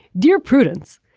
dear prudence.